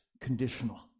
conditional